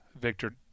Victor